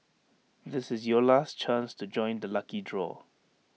this is your last chance to join the lucky draw